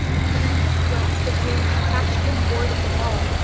a tremendous blast of wind crashed in a board of the wall,